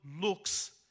looks